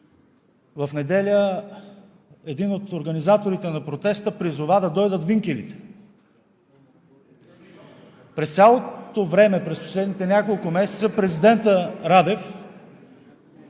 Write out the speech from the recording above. В неделя един от организаторите на протеста призова да дойдат винкелите!? През цялото време, през последните няколко месеца президентът Радев